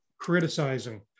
criticizing